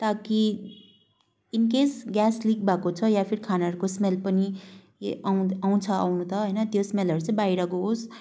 ता कि in case gas leak भएको छ या फिर खानाहरूको स्मेल पनि आउँ आउँछ आउन त होइन त्यो स्मेलहरू चाहिँ बाहिर जाओस्